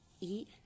Eat